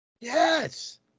Yes